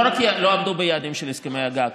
זה לא רק שלא עמדו ביעדים של הסכמי הגג,